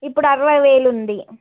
ఇప్పుడు అరవై వేలు ఉంది